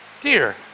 Dear